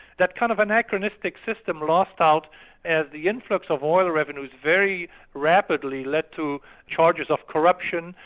that kind of anachronistic system lost out as the influx of oil revenues very rapidly led to charges of corruption,